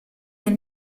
del